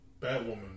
Batwoman